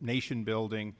nation building